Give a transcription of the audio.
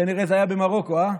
כנראה זה היה במרוקו, אה?